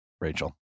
Rachel